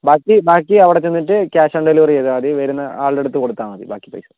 ബാക്കി ബാക്കി അവിടെ ചെന്നിട്ട് ക്യാഷ് ഓൺ ഡെലിവറി ചെയ്താൽ മതി വരുന്ന ആൾടടുത്ത് കൊടുത്താമതി ബാക്കി പൈസ